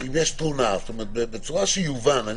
אם יש תלונה, בצורה שיובן.